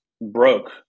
broke